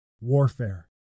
warfare